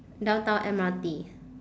downtown M_R_T